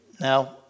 now